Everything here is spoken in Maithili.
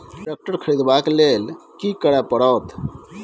ट्रैक्टर खरीदबाक लेल की करय परत?